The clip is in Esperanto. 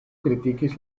kritikis